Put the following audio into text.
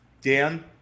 Dan